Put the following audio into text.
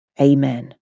Amen